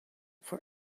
for